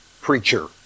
preacher